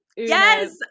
Yes